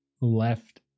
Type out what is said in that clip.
left